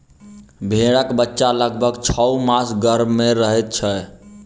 भेंड़क बच्चा लगभग छौ मास गर्भ मे रहैत छै